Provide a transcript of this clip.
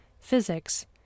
physics